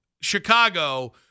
Chicago